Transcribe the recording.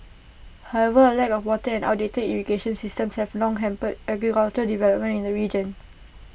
however A lack of water and outdated irrigation systems have long hampered agricultural development in the region